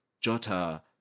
Jota